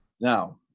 now